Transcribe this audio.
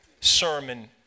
sermon